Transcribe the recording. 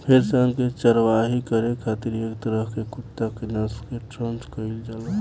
भेड़ सन के चारवाही करे खातिर एक तरह के कुत्ता के नस्ल के ट्रेन्ड कईल जाला